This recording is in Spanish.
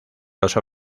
los